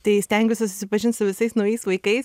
tai stengiuosi susipažint su visais naujais vaikais